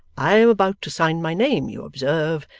i am about to sign my name, you observe,